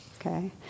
okay